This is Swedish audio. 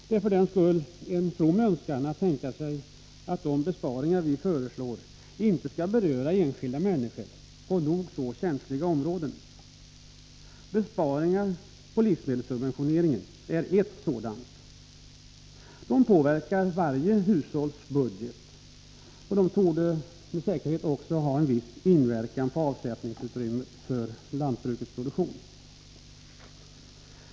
Det är en from önskan att tänka sig att de besparingar vi föreslår inte skall beröra enskilda människor på nog så känsliga områden. Besparingar beträffande livsmedelssubventioneringen är ett sådant område. De besparingarna påverkar varje hushålls egen budget, och de har med säkerhet också viss inverkan på avsättningsutrymmet för lantbrukets produktion.